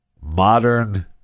modern